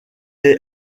est